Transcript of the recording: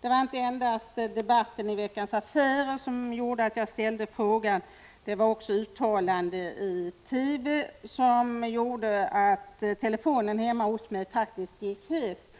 Det var inte endast debatten i Veckans Affärer som gjorde att jag ställde frågan utan också uttalanden i TV, som gjorde att telefonen hemma hos mig faktiskt gick het.